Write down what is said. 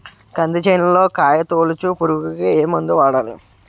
కంది చేనులో కాయతోలుచు పురుగుకి ఏ మందు వాడాలి?